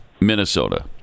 Minnesota